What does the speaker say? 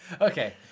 Okay